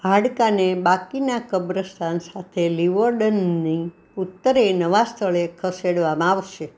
હાડકાંને બાકીનાં કબ્રસ્તાન સાથે લીવોર્ડનની ઉત્તરે નવાં સ્થળે ખસેડવામાં આવશે